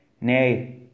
Nay